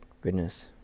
goodness